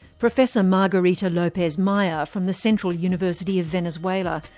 professor maria lopez-maya from the central university of venezuela.